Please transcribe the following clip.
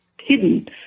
hidden